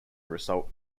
result